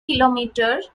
kilometer